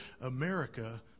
America